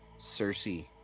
Cersei